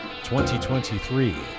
2023